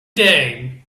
day